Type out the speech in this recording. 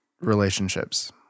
relationships